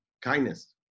kindness